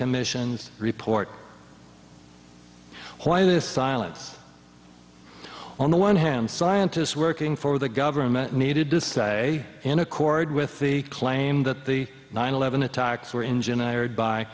commission's report why this silence on the one hand scientists working for the government needed to say in accord with the claim that the nine eleven attacks were engine ired by